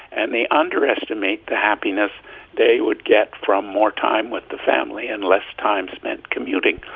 and they underestimate the happiness they would get from more time with the family and less time spent commuting.